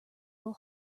will